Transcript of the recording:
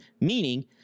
meaning